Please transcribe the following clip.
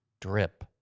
Drip